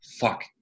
fuck